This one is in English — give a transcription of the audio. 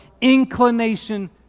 inclination